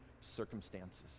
circumstances